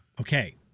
Okay